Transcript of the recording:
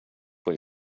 what